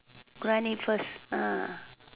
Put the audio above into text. grind it first ah